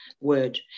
word